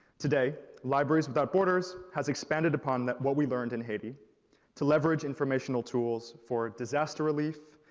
today, libraries without borders has expanded upon that what we learned in haiti to leverage informational tools for disaster relief,